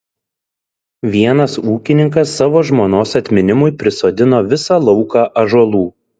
vienas ūkininkas savo žmonos atminimui prisodino visą lauką ąžuolų